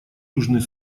южный